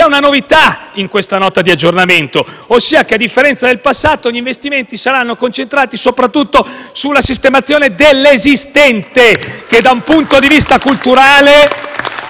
una novità in questa Nota di aggiornamento, ossia che, a differenza del passato, gli investimenti saranno concentrati soprattutto sulla sistemazione dell'esistente, che da un punto di vista culturale